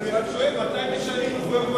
אני רק שואל מתי משנים מחויבויות,